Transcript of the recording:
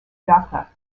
dhaka